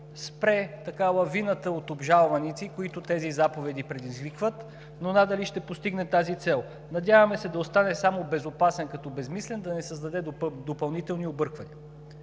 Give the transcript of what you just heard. спре лавината от обжалваници, които тези заповеди предизвикват, но надали ще постигне тази цел. Надяваме се да остане само безопасен, като безсмислен, и да не създаде допълнително объркване.